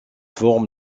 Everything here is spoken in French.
forme